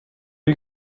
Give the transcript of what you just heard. you